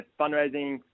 fundraising